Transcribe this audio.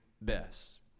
best